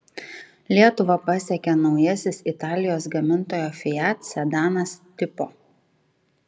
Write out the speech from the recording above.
lietuvą pasiekė naujasis italijos gamintojo fiat sedanas tipo